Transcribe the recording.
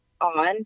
on